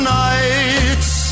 nights